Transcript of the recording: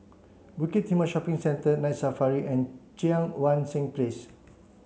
Bukit Timah Shopping Centre Night Safari and Cheang Wan Seng Place